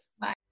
Bye